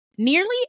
Nearly